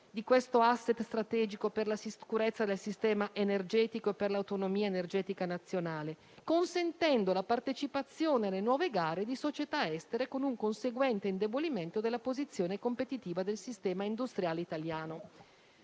di questo *asset* strategico per la sicurezza del sistema energetico e per l'autonomia energetica nazionale, consentendo la partecipazione alle nuove gare di società estere, con un conseguente indebolimento della posizione competitiva del sistema industriale italiano.